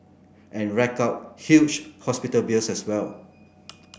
and rack up huge hospital bills as well